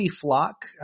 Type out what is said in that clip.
Flock